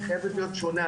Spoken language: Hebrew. היא חייבת להיות שונה.